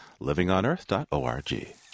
livingonearth.org